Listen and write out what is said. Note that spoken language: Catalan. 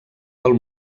del